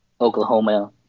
Oklahoma